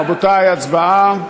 רבותי, הצבעה.